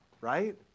right